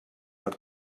per